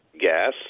gas